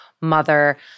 mother